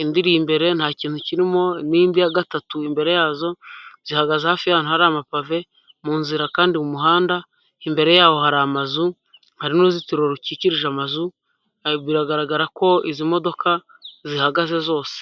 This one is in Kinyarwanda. indi iri imbere nta kintu kirimo n'indi ya gatatu imbere yazo, zihagaze hafi y'ahantu hari amapave mu nzira kandi mu muhanda, imbere yaho hari amazu, hari n'uruzitiro rukikirije amazu, biragaragara ko izi modoka zihagaze zose.